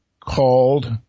called